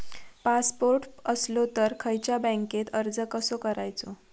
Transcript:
Passport असलो तर खयच्या बँकेत अर्ज कसो करायचो?